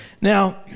Now